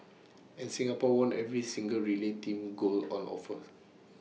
and Singapore won every single relay team gold on offer